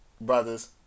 Brothers